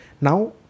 Now